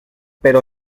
pero